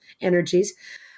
energies